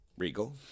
Regal